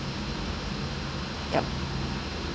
yup